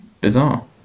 bizarre